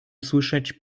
słyszeć